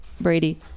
Brady